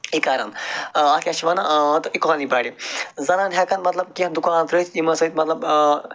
یہِ کَرَن ٲں کیٛاہ چھِ وَنان ٲں اِکانمی بَڑِ زنان ہیٚکَن مطلب کیٚنٛہہ دُکان ترٛٲیِتھ یِمَن سۭتۍ مطلب ٲں